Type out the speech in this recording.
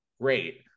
great